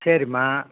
சரிம்மா